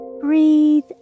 breathe